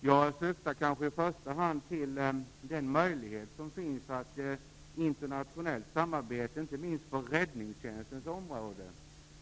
Jag syftar i första hand på den möjlighet till internationellt samarbete som finns inte minst på räddningstjänstens område.